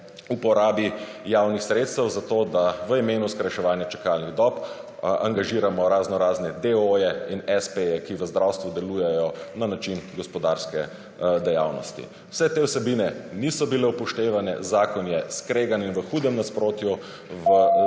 uporabi javnih sredstev zato, da v imenu skrajševanje čakalnih dob angažiramo raznorazne deooje in espeje, ki v zdravstvu delujejo na način gospodarske dejavnosti. Vse te vsebine niso bile upoštevane, zakon je skregan in v hudem nasprotju s